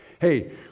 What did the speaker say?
hey